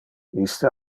iste